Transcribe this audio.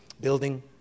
building